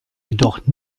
jedoch